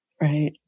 Right